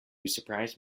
surprise